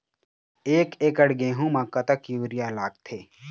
एक एकड़ गेहूं म कतक यूरिया लागथे?